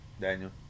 Daniel